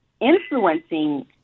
influencing